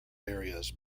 areas